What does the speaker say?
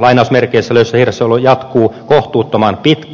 lainausmerkeissä löysässä hirressä olo jatkuu kohtuuttoman pitkään